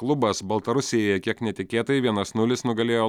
klubas baltarusijai kiek netikėtai vienas nulis nugalėjo